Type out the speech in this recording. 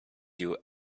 you